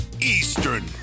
Eastern